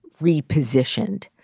repositioned